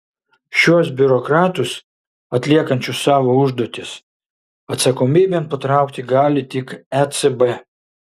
šiuos biurokratus atliekančius savo užduotis atsakomybėn patraukti gali tik ecb